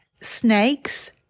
snakes